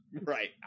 Right